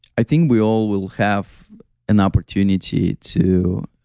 i think we all will have an opportunity to